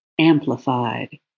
amplified